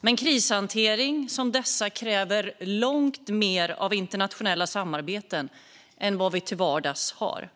Men krishantering, som vid dessa kriser, kräver långt mer av internationella samarbeten än vad vi till vardags har.